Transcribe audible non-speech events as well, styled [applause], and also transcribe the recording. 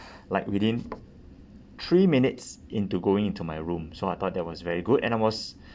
[breath] like within three minutes into going into my room so I thought that was very good and I was